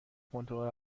کنترل